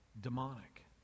demonic